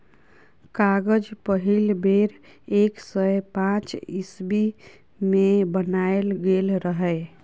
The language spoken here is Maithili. कागज पहिल बेर एक सय पांच इस्बी मे बनाएल गेल रहय